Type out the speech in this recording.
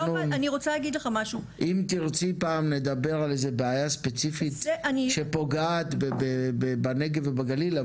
אם תרצי פעם לדבר על בעיה ספציפית שפוגעת בנגב ובגליל,